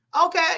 Okay